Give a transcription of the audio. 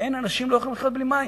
אנשים לא יכולים לחיות בלי מים.